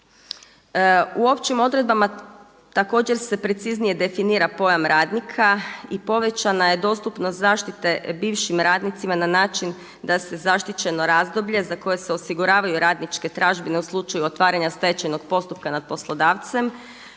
U općim odredbama također se preciznije definira pojam radnika i povećana je dostupnost zaštite bivšim radnicima na način da se zaštićeno razbolje za koje se osiguravaju radničke tražbine u slučaju otvaranja stečajnog postupka nad poslodavcem